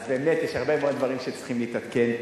אז באמת יש הרבה מאוד דברים שצריכים להתעדכן,